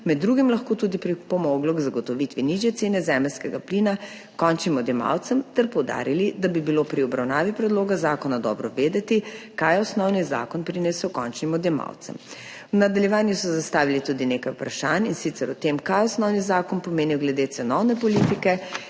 med drugim lahko tudi pripomoglo k zagotovitvi nižje cene zemeljskega plina končnim odjemalcem, ter poudarili, da bi bilo pri obravnavi predloga zakona dobro vedeti, kaj je osnovni zakon prinesel končnim odjemalcem. V nadaljevanju so zastavili tudi nekaj vprašanj, in sicer o tem, kaj je osnovni zakon pomenil glede cenovne politike,